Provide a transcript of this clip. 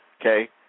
Okay